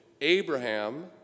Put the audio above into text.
Abraham